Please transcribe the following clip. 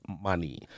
money